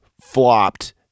flopped